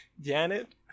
Janet